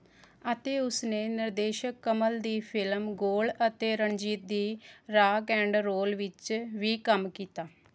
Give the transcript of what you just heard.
ਅਤੇ ਉਸਨੇ ਨਿਰਦੇਸ਼ਕ ਕਮਲ ਦੀ ਫਿਲਮ ਗੋਲ਼ ਅਤੇ ਰਣਜੀਤ ਦੀ ਰਾਕ ਐਂਡ ਰੋਲ ਵਿੱਚ ਵੀ ਕੰਮ ਕੀਤਾ